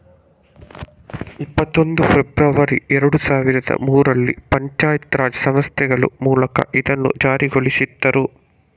ಇಪ್ಪತ್ತೊಂದು ಫೆಬ್ರವರಿ ಎರಡು ಸಾವಿರದ ಮೂರರಲ್ಲಿ ಪಂಚಾಯತ್ ರಾಜ್ ಸಂಸ್ಥೆಗಳ ಮೂಲಕ ಇದನ್ನ ಜಾರಿಗೊಳಿಸಿದ್ರು